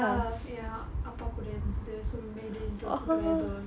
ya ya அப்பா கூட இருந்தது:appaa kuda irunthathu so we made it into a photo album